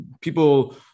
people